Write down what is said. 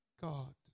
God